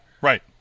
right